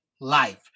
life